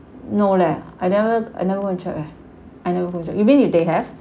no leh I never I never watch out eh I never watch out you mean you they have